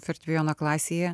fortepijono klasėje